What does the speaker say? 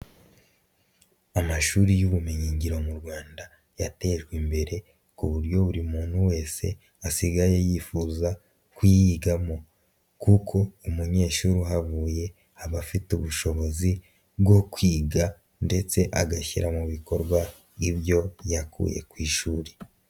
Amashuri y'ubumenyin ngiro mu Rwanda yatejwe imbere ku buryo buri muntu wese asigaye yifuza kuyigamo kuko unyeshuri uhavuye, aba afite ubushobozi bwo kwiga ndetse agashyira mu bikorwa ibyo yakuye ku ishuri.